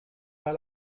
pas